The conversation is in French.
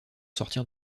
sortir